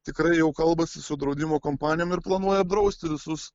tikrai jau kalbasi su draudimo kompanijom ir planuoja drausti visus